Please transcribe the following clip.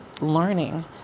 learning